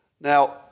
Now